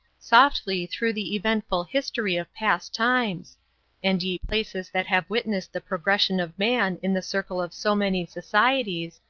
softly through the eventful history of past times and ye places that have witnessed the progression of man in the circle of so many societies,